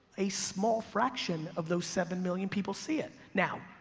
a small fraction of those seven million people see it. now,